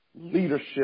leadership